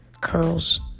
curls